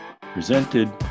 presented